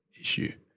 issue